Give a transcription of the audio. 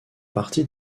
partie